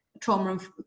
trauma